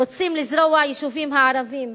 רוצים לזרוע את היישובים הערביים,